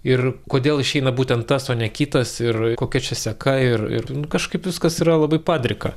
ir kodėl išeina būtent tas o ne kitas ir kokia čia seka ir ir nu kažkaip viskas yra labai padrika